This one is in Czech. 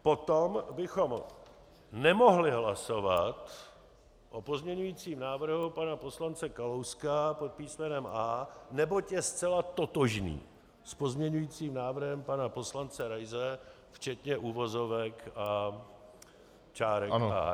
Potom bychom nemohli hlasovat o pozměňujícím návrhu pana poslance Kalouska pod písmenem A, neboť je zcela totožný s pozměňujícím návrhem pana poslance Raise včetně uvozovek a čárek a háčků.